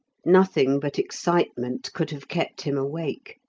nothing but excitement could have kept him awake.